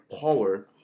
power